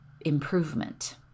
improvement